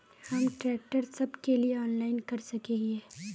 हम ट्रैक्टर सब के लिए ऑनलाइन कर सके हिये?